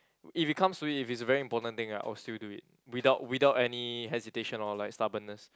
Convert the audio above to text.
if it comes to it if it is a very important thing right I will still do it without without any hesitation or like stubbornness